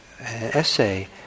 essay